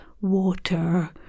water